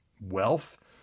wealth